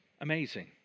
amazing